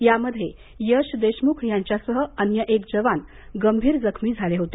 यामध्ये यश देशमुख यांच्यासह अन्य एक जवान गंभीर जखमी झाले होते